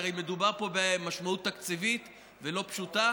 כי הרי מדובר פה במשמעות תקציבית לא פשוטה.